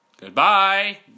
Goodbye